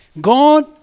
god